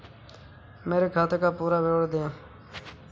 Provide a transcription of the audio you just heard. मेरे खाते का पुरा विवरण दे?